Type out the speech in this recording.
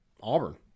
Auburn